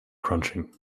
crunching